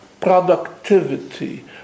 productivity